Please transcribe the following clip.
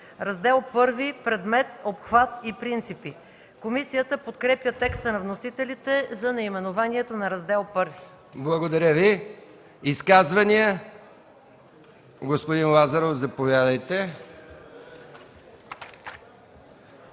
„Раздел І. Предмет, обхват и принципи”. Комисията подкрепя текста на вносителите за наименованието на Раздел І. ПРЕДСЕДАТЕЛ МИХАИЛ МИКОВ: Благодаря Ви. Изказвания? Господин Лазаров, заповядайте.